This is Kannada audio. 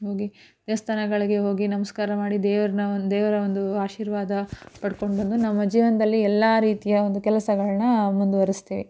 ಹೋಗಿ ದೇವಸ್ಥಾನಗಳಿಗೆ ಹೋಗಿ ನಮಸ್ಕಾರ ಮಾಡಿ ದೇವ್ರನ್ನ ಒ ದೇವರ ಒಂದು ಆಶೀರ್ವಾದ ಪಡ್ಕೊಂಡ್ಬಂದು ನಮ್ಮ ಜೀವನದಲ್ಲಿ ಎಲ್ಲ ರೀತಿಯ ಒಂದು ಕೆಲಸಗಳನ್ನ ಮುಂದುವರೆಸ್ತೇವೆ